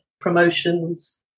promotions